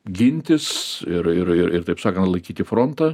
gintis ir ir ir taip sakant laikyti frontą